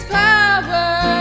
power